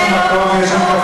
יש שם מקום, יש שם קפה.